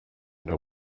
know